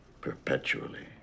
Perpetually